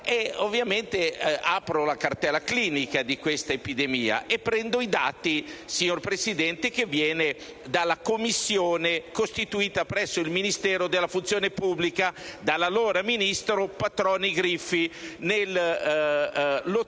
Ovviamente apro la cartella clinica di questa epidemia e prendo i dati, signor Presidente, che vengono dalla commissione costituita presso il Dipartimento della funzione pubblica dall'allora ministro Patroni Griffi nell'ottobre